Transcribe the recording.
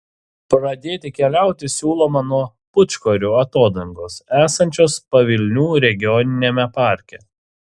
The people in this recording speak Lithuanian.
pradėti keliauti siūloma nuo pūčkorių atodangos esančios pavilnių regioniniame parke